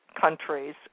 countries